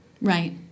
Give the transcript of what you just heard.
Right